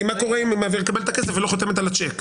מה קורה אם היא מקבלת את הכסף ולא חותמת על הצ'ק?